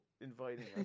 inviting